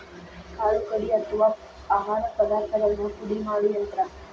ಕಾಳು ಕಡಿ ಅಥವಾ ಆಹಾರ ಪದಾರ್ಥಗಳನ್ನ ಪುಡಿ ಮಾಡು ಯಂತ್ರ